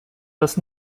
das